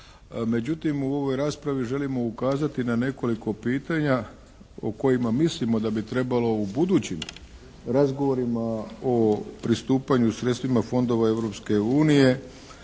Međutim, u ovoj raspravi želimo ukazati na nekoliko pitanja u kojima mislimo da bi trebalo u budućim razgovorima o pristupanju sredstvima fondova